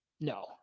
No